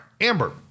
Amber